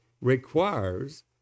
requires